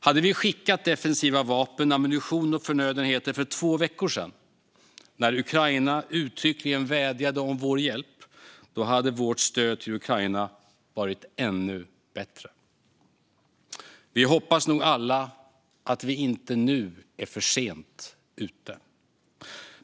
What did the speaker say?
Hade vi skickat defensiva vapen, ammunition och förnödenheter för två veckor sedan, när Ukraina uttryckligen vädjade om vår hjälp, hade vårt stöd till Ukraina varit ännu bättre. Vi hoppas nog alla att vi inte är för sent ute nu.